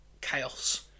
chaos